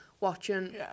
watching